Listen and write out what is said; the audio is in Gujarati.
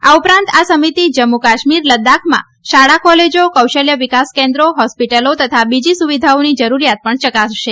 આ ઉપરાંત આ સમિતી જમ્મુ કાશ્મીર લદ્દાખમાં શાળા કોલેજા કૌશલ્ય વિકાસ કેન્દ્રો હોસ્પીટલો તથા બીજી સુવિધાઓની જરૂરીયાત પણ ચકાસશે